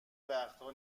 وقتها